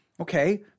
okay